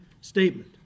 statement